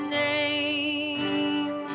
name